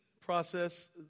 process